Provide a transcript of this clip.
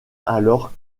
alors